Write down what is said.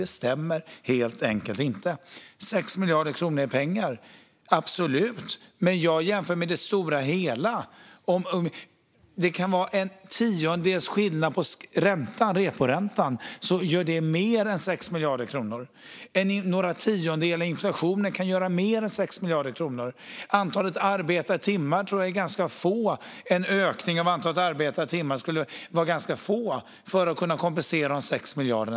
Det stämmer helt enkelt inte. 6 miljarder kronor är pengar, absolut, men jag jämför med det stora hela. En tiondels skillnad på reporäntan gör mer än 6 miljarder kronor. Några tiondelar i inflationen kan göra mer än 6 miljarder kronor. Antalet arbetade timmar tror jag skulle behöva öka ganska lite för att kompensera för dessa 6 miljarder.